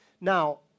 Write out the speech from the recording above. Now